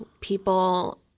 People